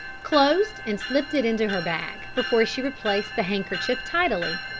closed and slipped it into her bag, before she replaced the handkerchief tidily.